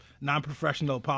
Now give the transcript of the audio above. non-professional